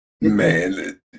man